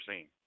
seen